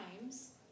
times